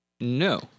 No